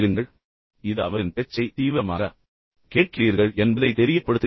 எனவே நீங்கள் அந்த நபரின் பேச்சை தீவிரமாக கேட்கிறீர்கள் என்பதை ஆசிரியருக்குத் தெரியப்படுத்துகிறது